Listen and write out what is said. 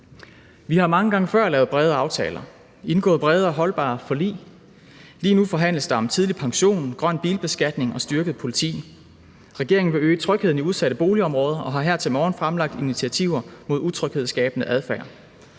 Vi har mange gange før lavet brede aftaler, indgået brede og holdbare forlig. Lige nu forhandles der om tidlig pension, grøn bilbeskatning og styrket politi. Regeringen vil øge trygheden i udsatte boligområder og har her til morgen fremlagt initiativer mod utryghedsskabende adfærd.